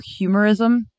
humorism